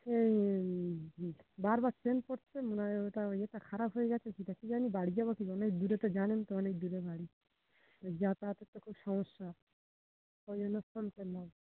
এই বারবার চেইন পড়ছে মনে হয় ওটা ওই ইয়েটা খারাপ হয়ে গিয়েছে কী তা কী জানি বাড়ি যাব কি অনেক দূরে তো জানেন তো অনেক দূরে বাড়ি তা যাতায়াতের তো খুব সমস্যা ওই জন্য ফোন করলাম